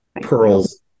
pearls